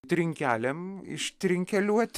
trinkelėm ištrinkeliuot